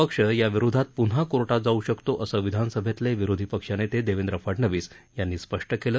पक्ष या विरोधात पृन्हा कोर्टात जाऊ शकतो असं विधानसभेतले विरोधी पक्षनेते देवंद्र फडणवीस यांनी स्पष्ट केलं